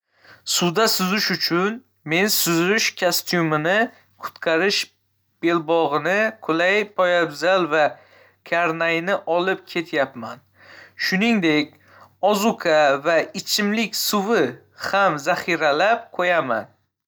Suvda suzish uchun, men suzish kostyumimni, qutqarish belbog'ini, qulay poyabzal va karnayni olib ketyapman. Shuningdek, ozuqa va ichimlik suvi ham zaxiralab qo'yaman.